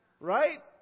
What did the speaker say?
right